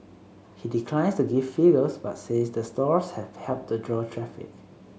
he declines to give figures but says the stores have helped to draw traffic